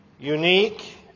unique